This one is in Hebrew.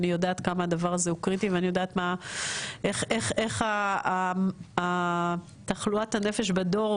אני יודעת כמה הדבר הזה הוא קריטי ואני יודעת איך תחלואת הנפש בדור,